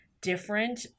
different